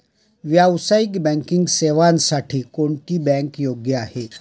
व्यावसायिक बँकिंग सेवांसाठी कोणती बँक योग्य आहे?